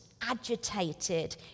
agitated